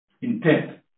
intent